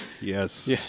Yes